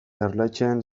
erletxeen